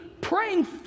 praying